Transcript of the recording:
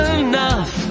enough